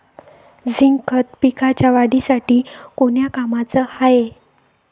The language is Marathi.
झिंक खत पिकाच्या वाढीसाठी कोन्या कामाचं हाये?